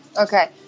Okay